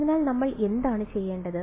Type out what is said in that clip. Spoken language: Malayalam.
അതിനാൽ നമ്മൾ എന്താണ് ചെയ്യേണ്ടത്